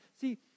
see